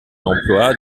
emploi